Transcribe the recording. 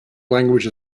language